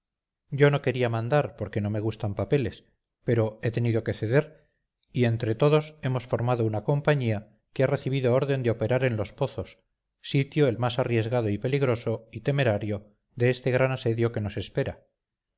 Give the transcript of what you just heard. yo no quería mandar porque no me gustan papeles pero he tenido que ceder y entre todos hemos formado una compañía que ha recibido orden de operar en los pozos sitio el más arriesgado y peligroso y temerario de este gran asedio que nos espera